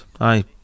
Aye